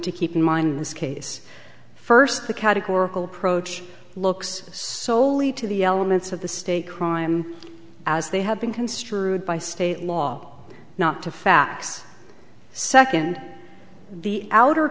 to keep in mind this case first the categorical approach looks soley to the elements of the state crime as they have been construed by state law not to facts second the outer